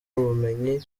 ubumenyi